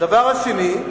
הדבר השני,